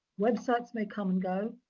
websites may come and go.